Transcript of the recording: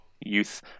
youth